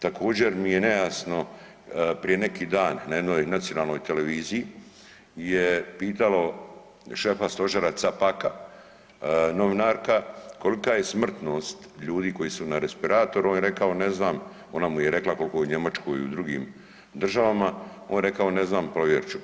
Također mi je nejasno prije neki dan na jednoj nacionalnoj televiziji je pitalo šefa stožera Capaka kolika je smrtnost ljudi koji su na respiratoru, on je rekao ne znam, ona mu je rekla koliko u Njemačkoj i u drugim državama, on je rekao ne znam provjerit ću.